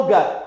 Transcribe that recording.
God